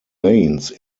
lanes